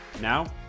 Now